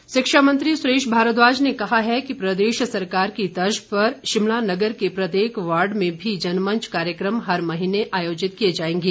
भारद्वाज शिक्षा मंत्री सुरेश भारद्वाज ने कहा है कि प्रदेश सरकार की तर्ज़ पर शिमला नगर के प्रत्येक वॉर्ड में भी जनमंच कार्यक्रम हर महीने आयोजित किए जाएंगे